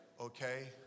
Okay